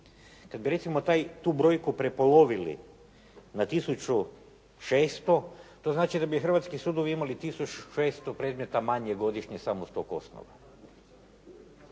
Kad bi recimo tu brojku prepolovili na tisuću 600 to znači da bi hrvatski sudovi imali tisuću 600 predmeta manje godišnje samo s tog osnova.